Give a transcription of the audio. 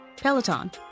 Peloton